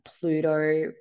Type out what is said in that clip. pluto